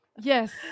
Yes